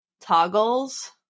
toggles